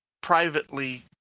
privately